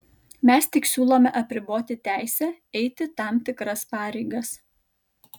mes tik siūlome apriboti teisę eiti tam tikras pareigas